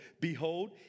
Behold